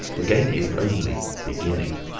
the game is only beginning.